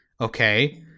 Okay